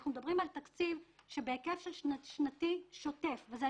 אנחנו מדברים על תקציב בהיקף שנתי שוטף ואני